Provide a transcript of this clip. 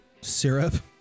syrup